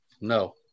No